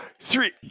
three